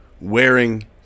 wearing